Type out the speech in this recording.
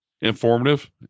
informative